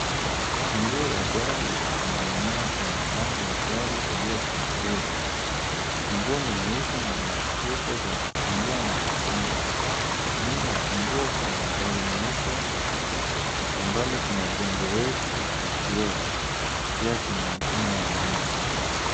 Funguo wa gari ukininginia kwenye mlango wa gari uliofunguliwa. Funguo ni nyeusi na vitufe vya kugungua na kufunga. Nyuma ya funguo kuna gari nyeupe na kwa mbali kuna jengo refu la kioo, pia kuna mkono wa mtu.